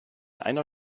einer